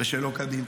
ושלא כדין.